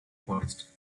forest